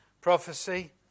prophecy